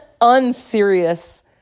unserious